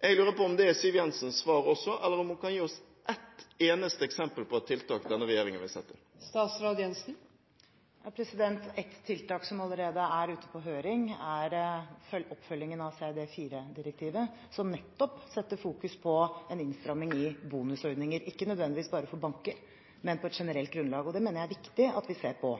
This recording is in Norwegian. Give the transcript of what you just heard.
Jeg lurer på om det er Siv Jensens svar også, eller om hun kan gi oss et eneste eksempel på et tiltak denne regjeringen vil sette inn. Et tiltak som allerede er ute på høring, er oppfølgingen av CRD IV-direktivet, som nettopp setter fokus på en innstramming i bonusordninger, ikke nødvendigvis bare for banker, men på et generelt grunnlag, og det mener jeg er viktig at vi ser på.